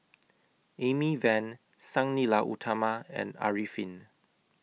Amy Van Sang Nila Utama and Arifin